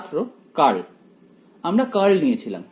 ছাত্র কার্ল আমরা কার্ল নিয়েছিলাম